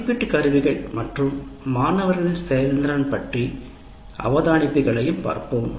மதிப்பீட்டு கருவிகள் மற்றும் மாணவர்களின் செயல்திறன் பற்றிய அவதானிப்புகளையும் நாங்கள் பார்ப்போம்